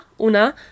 una